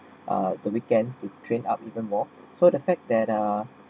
uh the weekends to train up even more so the fact that uh